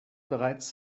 bereits